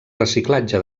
reciclatge